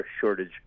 shortage